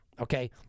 Okay